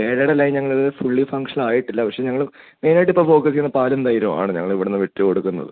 പേടയിൽ ആയി ഞങ്ങൾ അത് ഫുള്ളി ഫംഗ്ഷൻ ആയിട്ടില്ല പക്ഷെ ഞങ്ങൾ മെയിൻ ആയിട്ട് ഇപ്പോൾ ഫോക്കസ് ചെയ്യുന്നത് പാലും തൈരും ആണ് ഞങ്ങൾ ഇവിടുന്ന് വിറ്റ് കൊടുക്കുന്നത്